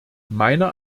meiner